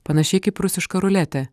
panašiai kaip rusiška ruletė